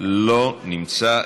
לא נמצא.